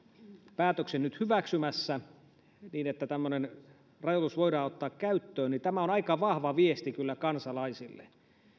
päätöksen nyt hyväksymässä niin että tämmöinen rajoitus voidaan ottaa käyttöön niin tämä on kyllä aika vahva viesti kansalaisille